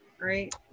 right